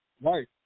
Right